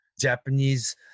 Japanese